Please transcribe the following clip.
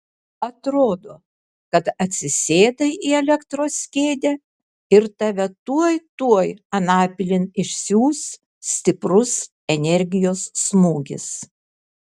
atrodo kad atsisėdai į elektros kėdę ir tave tuoj tuoj anapilin išsiųs stiprus energijos smūgis